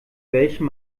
welchem